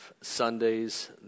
Sundays